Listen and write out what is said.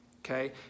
okay